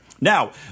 Now